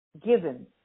given